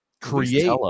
create